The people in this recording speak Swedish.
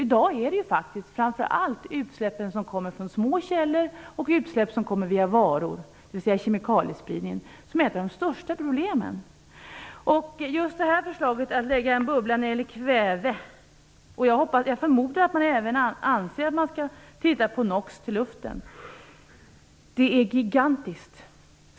I dag är det framför allt utsläpp från små källor och via varor, dvs. kemikaliespridningen, som hör till de största problemen. Förslaget är att lägga en bubbla när det gäller kväve. Jag förmodar att man även anser att man skall titta på nox i luften. Det är en gigantisk uppgift.